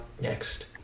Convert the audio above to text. next